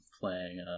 playing